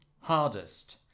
hardest